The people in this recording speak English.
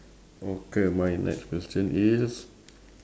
okay my next question is